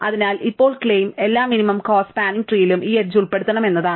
അതിനാൽ ഇപ്പോൾ ക്ലെയിം എല്ലാ മിനിമം കോസ്റ്റ സ്പാനിങ് ട്രീലും ഈ എഡ്ജ് ഉൾപ്പെടുത്തണം എന്നാണ്